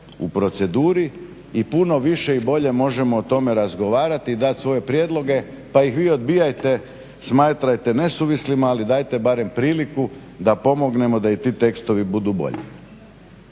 u proceduri i puno više i bolje možemo o tome razgovarati i dati svoje prijedloge pa ih vi odbijajte, smatrajte nesuvislima. Ali dajte barem priliku da pomognemo da i ti tekstovi budu bolji.